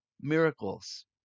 miracles